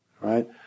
right